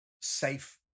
safe